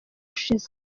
ushize